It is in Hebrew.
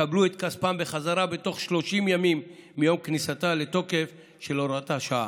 יקבלו את כספם בחזרה בתוך 30 ימים מיום כניסתה לתוקף של הוראת השעה.